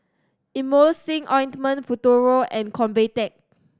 Emulsying Ointment Futuro and Convatec